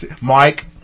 Mike